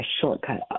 shortcut